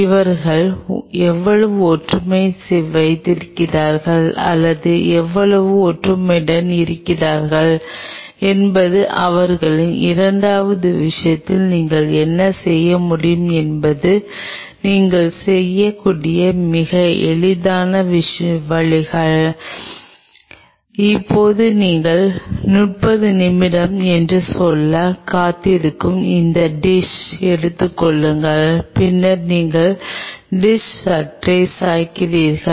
அவர்கள் எவ்வளவு ஒற்றுமை வைத்திருக்கிறார்கள் அல்லது எவ்வளவு ஒற்றுமையுடன் இருக்கிறார்கள் என்பது அவர்களின் இரண்டாவது விஷயத்தில் நீங்கள் என்ன செய்ய முடியும் என்பது நீங்கள் செய்யக்கூடிய மிக எளிதான வழிகள் இப்போது நீங்கள் முப்பது நிமிடங்கள் என்று சொல்ல காத்திருக்கும் இந்த டிஷ் எடுத்துக் கொள்ளுங்கள் பின்னர் நீங்கள் டிஷ் சற்றே சாய்கிறீர்கள்